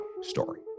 story